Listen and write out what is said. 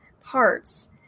parts